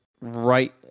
right